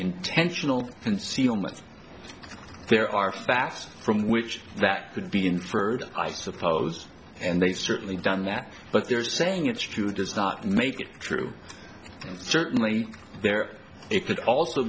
intentional concealment there are facts from which that could be inferred i suppose and they certainly done that but they're saying it's true does not make it true certainly there i